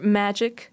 magic